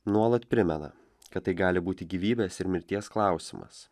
nuolat primena kad tai gali būti gyvybės ir mirties klausimas